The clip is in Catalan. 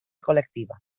col·lectiva